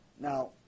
Now